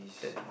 then